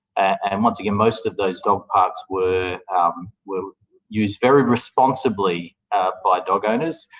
and once again, most of those dog parks were were used very responsibly by dog owners.